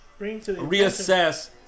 reassess